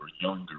younger